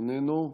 איננו,